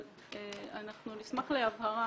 אבל אנחנו נשמח להבהרה